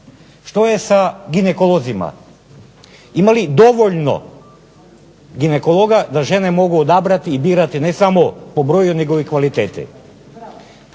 što je sa ginekolozima, ima li dovoljno ginekologa da žene mogu odabrati i birati ne samo po broju nego i kvaliteti.